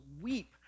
weep